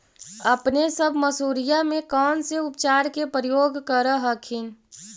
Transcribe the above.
अपने सब मसुरिया मे कौन से उपचार के प्रयोग कर हखिन?